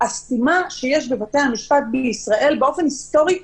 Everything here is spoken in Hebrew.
הסתימה שיש בבתי המשפט בישראל באופן היסטורי,